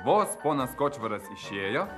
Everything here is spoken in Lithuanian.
vos ponas kočvaras išėjo